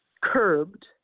curbed